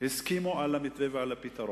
הסכימו על המתווה ועל הפתרון.